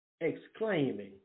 Exclaiming